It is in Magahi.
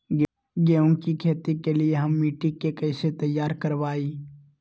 गेंहू की खेती के लिए हम मिट्टी के कैसे तैयार करवाई?